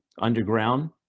underground